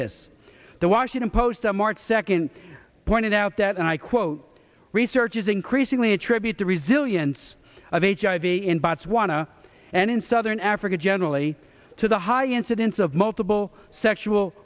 this the washington post on march second pointed out that and i quote research is increasingly attribute to resilience of hiv in botswana and in southern africa generally to the high incidence of multiple sexual